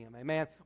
amen